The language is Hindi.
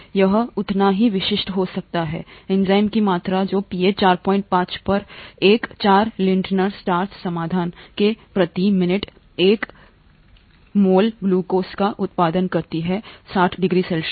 यह यह उतना ही विशिष्ट हो सकता हैएंजाइम की मात्रा जो पीएच 45 पर एक 4 लिंटनर स्टार्च समाधान में प्रति मिनट 1 producesmol ग्लूकोज का उत्पादन करता है 60 डिग्री सी